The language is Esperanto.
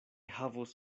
havos